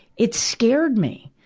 it scared me.